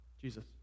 Jesus